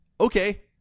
Okay